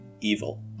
evil